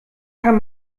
kann